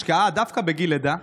השקעה דווקא בגיל לידה,